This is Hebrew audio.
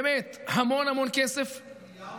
באמת, המון המון כסף לאזרחים.